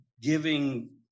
giving